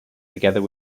together